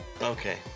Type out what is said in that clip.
Okay